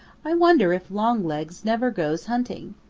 i wonder if longlegs never goes hunting.